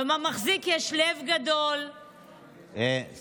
על המחזיק יש לב גדול וכתר.